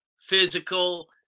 physical